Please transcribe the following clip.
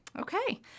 Okay